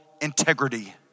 integrity